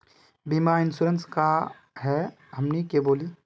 बीमा इंश्योरेंस का है हमनी के बोली?